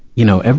you know, ah